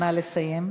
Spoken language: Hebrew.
נא לסיים.